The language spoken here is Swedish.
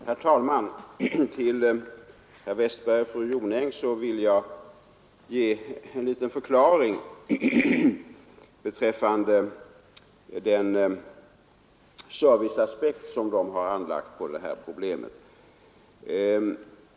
Herr talman! Jag vill ge herr Westberg i Ljusdal och fru Jonäng en liten förklaring beträffande den serviceaspekt som de har anlagt på det här problemet.